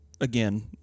again